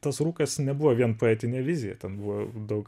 tas rūkas nebuvo vien poetinė vizija ten buvo daug